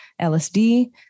LSD